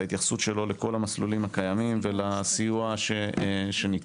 ההתייחסות שלו לכל המסלולים הקיימים ולסיוע שניתן,